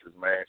man